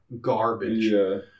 garbage